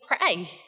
pray